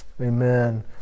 Amen